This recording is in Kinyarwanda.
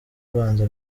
abanza